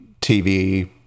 TV